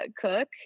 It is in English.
cook